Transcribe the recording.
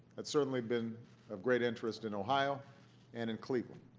that's certainly been of great interest in ohio and in cleveland.